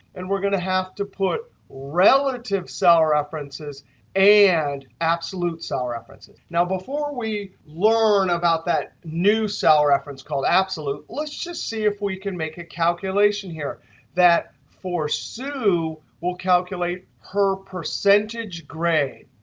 and we're going to have to put relative cell references and absolute cell references. now, before we learn about that new cell reference called absolute, let's just see if we can make a calculation here that for sioux will calculate her percentage grade.